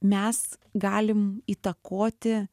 mes galim įtakoti